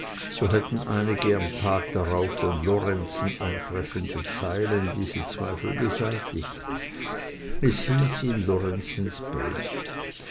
so hätten einige am tage darauf von lorenzen eintreffende zeilen diese zweifel beseitigt es hieß in lorenzens brief